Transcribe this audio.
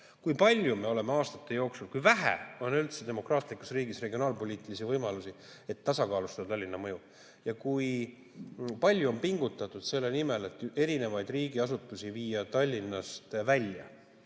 on põhimõtteline vale signaal. Kui vähe on üldse demokraatlikus riigis regionaalpoliitilisi võimalusi, et tasakaalustada Tallinna mõju, ja kui palju on pingutatud selle nimel, et erinevaid riigiasutusi viia Tallinnast välja.